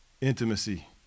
intimacy